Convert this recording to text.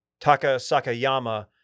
Takasakayama